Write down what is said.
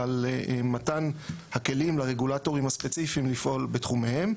על מתן הכלים לרגולטורים הספציפיים לפעול בתחומיהם.